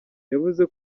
yavuze